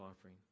offering